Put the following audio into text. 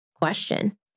question